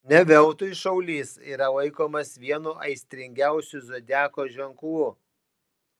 ne veltui šaulys yra laikomas vienu aistringiausių zodiako ženklų